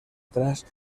atrás